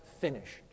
finished